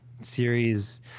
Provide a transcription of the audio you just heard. series